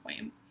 point